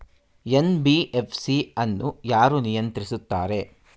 NBFC ಅನ್ನು ಯಾರು ನಿಯಂತ್ರಿಸುತ್ತಾರೆ?